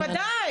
בוודאי.